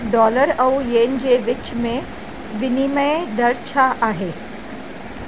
dollar ऐं yen जे विच में विनिमय दरु छा आहे